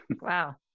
Wow